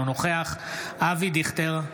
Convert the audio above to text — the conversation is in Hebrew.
אינו נוכח אבי דיכטר,